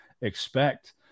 expect